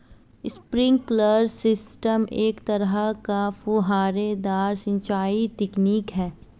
sprinkler system एक तरह का फुहारेदार सिंचाई तकनीक है